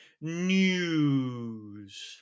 news